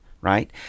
right